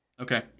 Okay